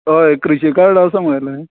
हय क्रुशी कार्ड आसा म्हागेलें